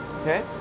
Okay